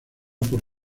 por